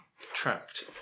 trapped